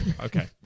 Okay